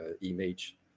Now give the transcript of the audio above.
image